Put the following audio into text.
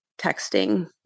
texting